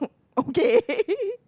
okay